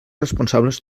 responsables